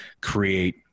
create